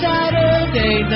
Saturday